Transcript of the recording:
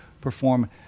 perform